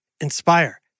Inspire